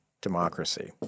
democracy